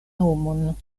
nomon